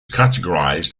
categorized